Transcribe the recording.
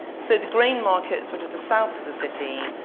so the grain markets were to the south of the city.